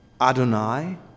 Adonai